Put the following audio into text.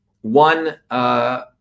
one